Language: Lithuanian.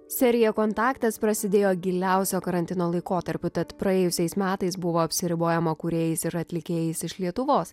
serija kontaktas prasidėjo giliausio karantino laikotarpiu tad praėjusiais metais buvo apsiribojama kūrėjais ir atlikėjais iš lietuvos